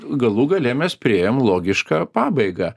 galų gale mes priėjom logišką pabaigą